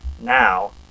now